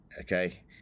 okay